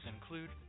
include